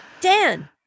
Dan